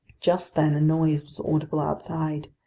just then a noise was audible outside.